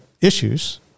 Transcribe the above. issues